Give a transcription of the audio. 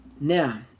Now